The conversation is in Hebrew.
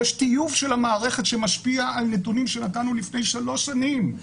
יש טיוב של המערכת שמשפיע על נתונים שנתנו לפני שלוש שנים.